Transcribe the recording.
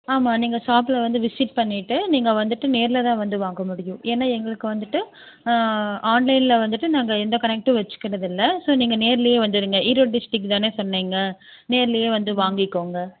ஆமாம் நீங்கள் ஷாப்பில் வந்து விசிட் பண்ணிவிட்டு நீங்கள் வந்துட்டு நேரில் தான் வந்து வாங்க முடியும் ஏன்னால் எங்களுக்கு வந்துட்டு ஆன்லைனில் வந்துட்டு நாங்கள் எந்த கனெக்ட்டும் வைச்சுக்கறதில்ல ஸோ நீங்கள் நேரிலியே வந்துடுங்க ஈரோடு டிஸ்ட்டிக்கு தானே சொன்னீங்க நேரிலியே வந்து வாங்கிக்கோங்க